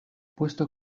puesto